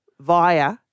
Via